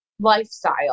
lifestyle